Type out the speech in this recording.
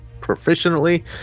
proficiently